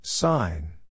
Sign